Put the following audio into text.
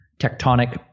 tectonic